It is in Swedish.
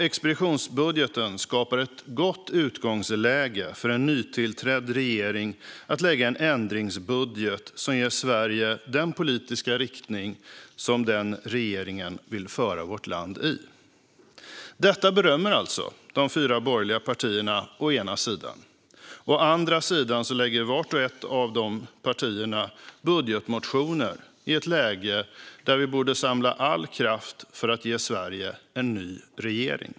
Expeditionsbudgeten skapar ett gott utgångsläge för en nytillträdd regering att lägga fram en ändringsbudget som ger Sverige den politiska riktning som den regeringen vill föra vårt land i. Detta berömmer alltså de fyra borgerliga partierna å ena sidan. Å andra sidan lägger vart och ett av de borgerliga partierna fram budgetmotioner i ett läge där vi borde samla all kraft för att ge Sverige en ny regering.